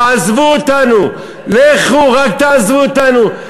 תעזבו אותנו, לכו, רק תעזבו אותנו.